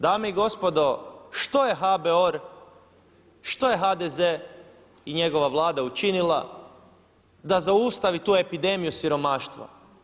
Dame i gospodo što je HBOR, što je HDZ i njegova Vlada učinila da zaustavi tu epidemiju siromaštva?